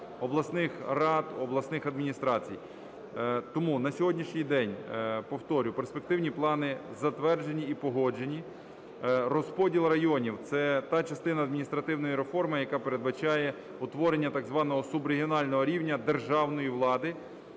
обласних рад, обласних адміністрацій. Тому на сьогоднішній день, повторюю, перспективні плани затверджені і погоджені. Розподіл районів – це та частина адміністративної реформи, яка передбачає утворення так званого субрегіонального рівня державної влади.